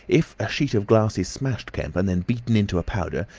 if a sheet of glass is smashed, kemp, and and beaten into a powder,